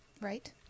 Right